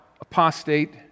apostate